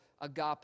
agape